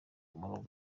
rugo